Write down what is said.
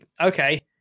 Okay